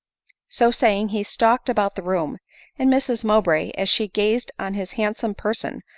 so saying he stalked about the room and mrs mow bray, as she gazed on his handsome person,